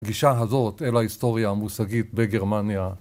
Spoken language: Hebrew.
הגישה הזאת אל ההיסטוריה המושגית בגרמניה.